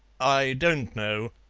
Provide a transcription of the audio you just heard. i don't know,